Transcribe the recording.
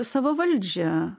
savo valdžia